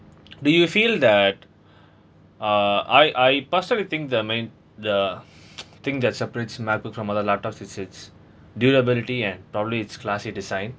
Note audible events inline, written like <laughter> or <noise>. do you feel that uh I I personally think them in the <noise> thing that separates macbook from other laptops it's its durability and probably it's classy design